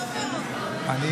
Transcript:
אני,